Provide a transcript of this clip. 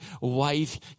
wife